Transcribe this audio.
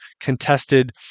contested